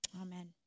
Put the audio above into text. Amen